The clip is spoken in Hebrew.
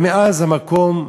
ומאז המקום,